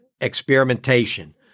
experimentation